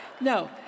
no